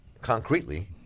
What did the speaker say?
concretely